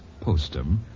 Postum